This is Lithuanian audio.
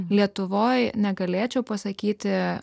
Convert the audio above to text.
lietuvoj negalėčiau pasakyti